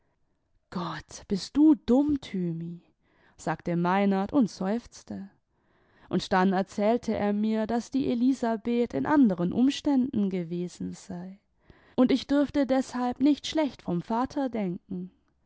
gott bist du dumm thymi sagte meinert und sexzfzte und dann erzählte er mir daß die elisabeth in anderen umständen gewesen sei und ich drfte deshalb nicht schlecht vom vater denken